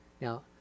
Now